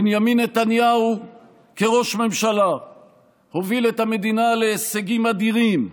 בנימין נתניהו כראש ממשלה הוביל את המדינה להישגים אדירים,